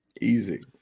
Easy